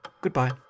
Goodbye